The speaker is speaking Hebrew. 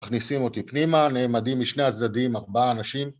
מכניסים אותי פנימה, נעמדים משני הצדדים, ארבעה אנשים.